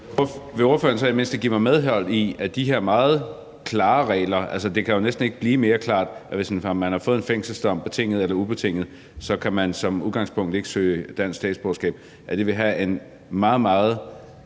Vil ordføreren så i det mindste give mig medhold i, at de her meget klare regler om – altså det kan jo næsten ikke blive mere klart – at hvis man har fået en betinget eller ubetinget fængselsdom, kan man som udgangspunkt ikke søge dansk statsborgerskab, vil have en meget, meget